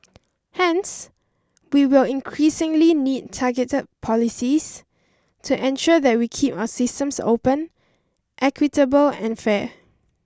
hence we will increasingly need targeted policies to ensure that we keep our systems open equitable and fair